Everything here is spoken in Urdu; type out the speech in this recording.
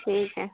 ٹھیک ہے